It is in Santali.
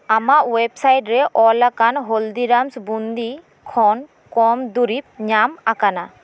ᱟᱢᱟᱜ ᱳᱭᱮᱵᱽᱥᱟᱭᱤᱴ ᱨᱮ ᱚᱞᱟᱠᱟᱱ ᱦᱚᱞᱫᱤᱨᱟᱢᱥ ᱵᱩᱱᱫᱤ ᱠᱷᱚᱱ ᱠᱚᱢ ᱫᱩᱨᱤᱵᱽ ᱧᱟᱢ ᱟᱠᱟᱱᱟ